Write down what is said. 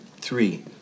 three